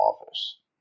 office